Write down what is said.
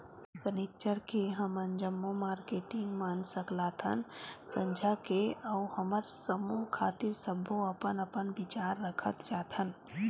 सनिच्चर के हमन जम्मो मारकेटिंग मन सकलाथन संझा के अउ हमर समूह खातिर सब्बो अपन अपन बिचार रखत जाथन